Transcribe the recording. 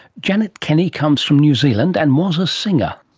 janet kenny comes from new zealand and was a singer.